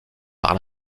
par